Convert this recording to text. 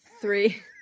Three